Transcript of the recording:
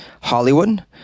Hollywood